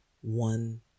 one